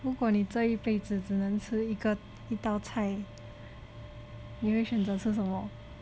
如果你这一辈子只能吃一个一道菜你会选择吃什么